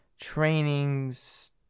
trainings